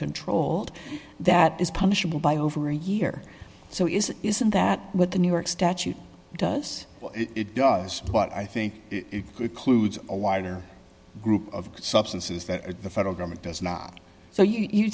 controlled that is punishable by over a year so is it isn't that what the new york statute does it does what i think it clude a wider group of substances that the federal government does not so you